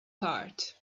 part